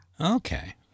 Okay